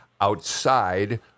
outside